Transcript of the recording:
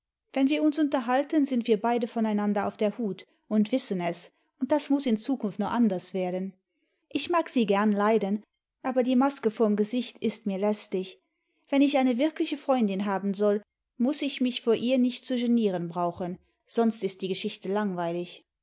wenn wir uns unterhalten sind wir beide voreinander auf der hut und wissen es und das muß in zukunft noch anders werden ich mag sie gern leiden aber die maske vorm gesicht ist mir lästig wenn ich eine wirkliche freundin haben soll muß ich mich vor ihr nicht zu genieren brauchen sonst ist die geschichte langweilig